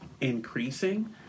increasing